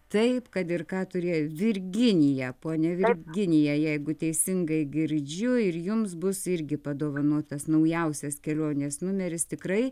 taip kad ir ką turėjo virginija ponia virginija jeigu teisingai girdžiu ir jums bus irgi padovanotas naujausias kelionės numeris tikrai